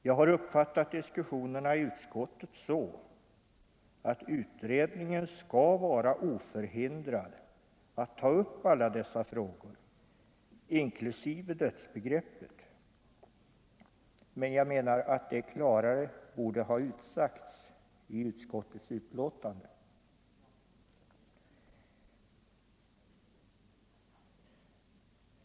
Jag uppfattade diskussionerna i utskottet så, att utredningen skall vara oförhindrad att ta upp alla dessa frågor inklusive dödsbegreppet, men det borde enligt min mening klarare ha utsagts i utskottets betänkande.